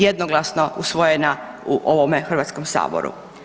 Jednoglasno usvojena u ovome Hrvatskom saboru.